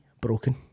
broken